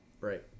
Right